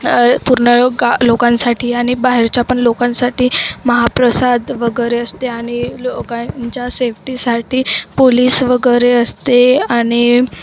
पूर्ण गा लोकांसाठी आणि बाहेरच्या पण लोकांसाठी महाप्रसाद वगैरे असते आणि लोकांच्या सेफ्टीसाठी पोलीस वगैरे असते आणि